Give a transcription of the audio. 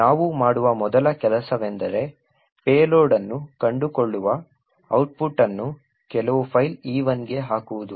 ನಾವು ಮಾಡುವ ಮೊದಲ ಕೆಲಸವೆಂದರೆ ಪೇಲೋಡ್ ಅನ್ನು ಕಂಡುಕೊಳ್ಳುವ ಔಟ್ಪುಟ್ ಅನ್ನು ಕೆಲವು ಫೈಲ್ E1 ಗೆ ಹಾಕುವುದು